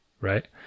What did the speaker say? right